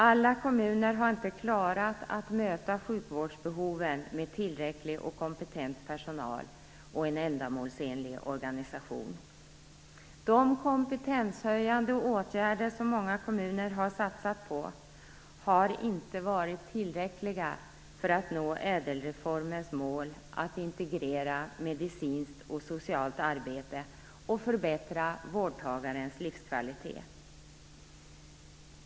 Alla kommuner har inte klarat att möta sjukvårdsbehoven med tillräcklig och kompetent personal och en ändamålsenlig organisation. De kompetenshöjande åtgärder som många kommuner har satsat på har inte varit tillräckliga för att nå ÄDEL-reformens mål att integrera medicinskt och socialt arbete och förbättra vårdtagarens livskvalitet.